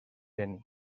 geni